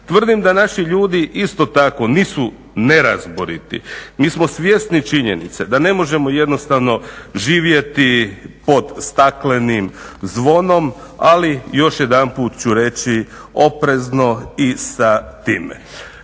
Tvrdim da isto tako nisu nerazboriti. Mi smo svjesni činjenica da ne možemo živjeti pod staklenim zvonom ali još jedanput ću reći oprezno i sa time.